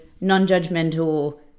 non-judgmental